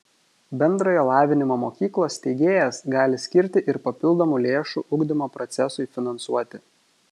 bendrojo lavinimo mokyklos steigėjas gali skirti ir papildomų lėšų ugdymo procesui finansuoti